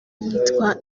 yitwa